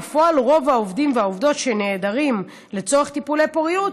בפועל רוב העובדים והעובדות שנעדרים לצורך טיפולי פוריות